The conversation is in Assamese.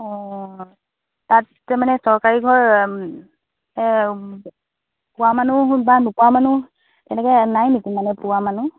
অঁ তাত মানে চৰকাৰী ঘৰ পোৱা মানুহ বা নোপোৱা মানুহ এনেকৈ নাই নেকি মানে পোৱা মানুহ